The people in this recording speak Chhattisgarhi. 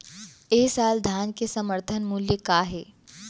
ए साल धान के समर्थन मूल्य का हे?